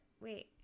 wait